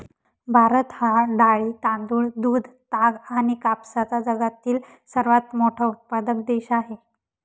भारत हा डाळी, तांदूळ, दूध, ताग आणि कापसाचा जगातील सर्वात मोठा उत्पादक देश आहे